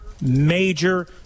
major